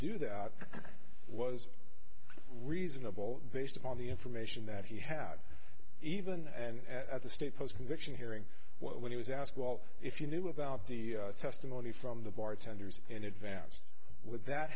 do that was reasonable based upon the information that he had even and at the state post conviction hearing when he was asked well if you knew about the testimony from the bartenders in advance with that